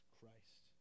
Christ